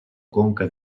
conca